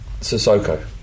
Sissoko